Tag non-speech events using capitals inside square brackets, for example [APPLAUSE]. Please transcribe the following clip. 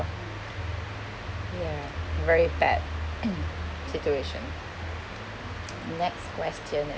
ya very bad [NOISE] situation next question